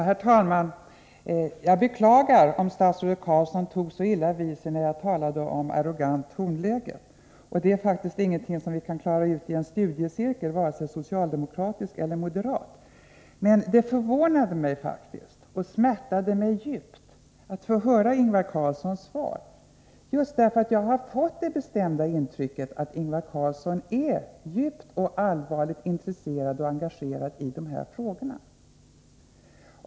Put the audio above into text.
Herr talman! Jag beklagar om statsrådet Carlsson tog illa vid sig när jag talade om arrogant tonläge. Detta är faktiskt inte något som man kan klara ut i en studiecirkel, vare sig socialdemokratisk eller moderat. Men det förvånade mig faktiskt och smärtade mig djupt att få höra Ingvar Carlssons svar — just därför att jag har fått det bestämda intrycket att Ingvar Carlsson är intensivt och allvarligt intresserad och engagerad i flerbarnsfamiljernas situation.